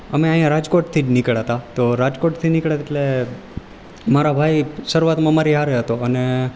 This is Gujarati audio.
અમે અહીંયાં રાજકોટથી જ નીકળ્યા હતા તો રાજકોટથી નીકળ્યા એટલે મારા ભાઈ શરૂઆતમાં મારી સાથે હતો અને